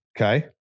Okay